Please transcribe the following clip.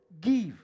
Give